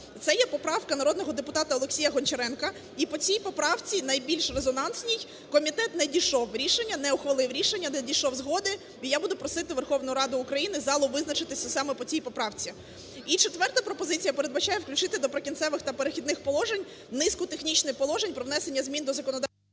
Це є поправка народного депутата Олексія Гончаренка. І по цій поправці, найбільш резонансній, комітет не дійшов рішення, не ухвалив рішення, не дійшов згоди, і я буду просити Верховну Раду України, залу визначитися саме по цій поправці. І четверта пропозиція передбачає включити до "Прикінцевих та перехідних положень" низку технічних положень про внесення змін до законодавства…